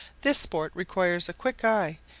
this sport requires a quick eye,